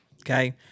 okay